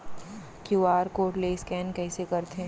QR code ले scan कइसे करथे?